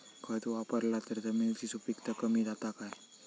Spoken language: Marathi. खत वापरला तर जमिनीची सुपीकता कमी जाता काय?